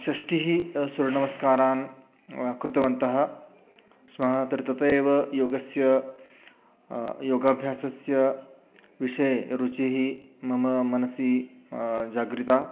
षष्टिः सूर्यनमस्कारान् कृतवन्तः स्मः तर्हि तथैव योगस्य योगाभ्यासस्य विषये रुचिः मम मनसि जागृता